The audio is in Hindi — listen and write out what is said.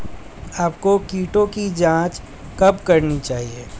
आपको कीटों की जांच कब करनी चाहिए?